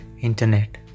internet